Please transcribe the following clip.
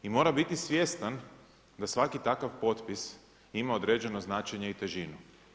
I mora biti svjestan da svaki takav potpis ima određeno značenje i težinu.